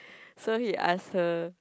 so he ask her